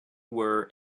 were